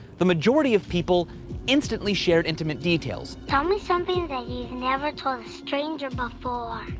the majority of people instantly shared intimate details tell me something that you've never told a stranger before.